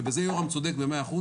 ובזה יורם צודק במאה אחוז